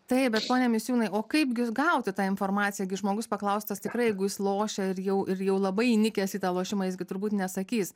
taip bet pone misiūnai o kaipgi gauti tą informaciją gi žmogus paklaustas tikrai jeigu jis lošia ir jau ir jau labai įnikęs į tą lošimą jis gi turbūt nesakys